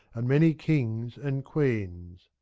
and many kings and queens.